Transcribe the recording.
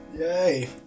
Yay